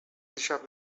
دیشب